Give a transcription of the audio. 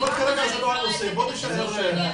בואו נישאר בנושא.